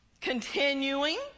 continuing